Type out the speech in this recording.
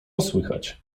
słychać